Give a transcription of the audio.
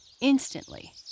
instantly